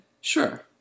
Sure